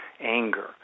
anger